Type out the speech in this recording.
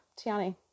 Tiani